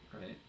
right